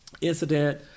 incident